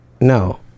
no